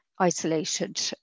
isolated